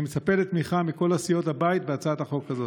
אני מצפה לתמיכה מכל סיעות הבית בהצעת החוק הזאת.